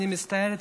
אני מצטערת,